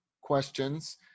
questions